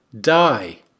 die